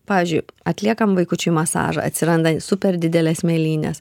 pavyzdžiui atliekam vaikučiui masažą atsiranda super didelės mėlynės